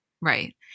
Right